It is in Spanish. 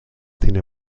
cine